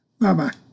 Bye-bye